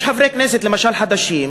יש חברי כנסת, למשל חדשים,